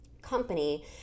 company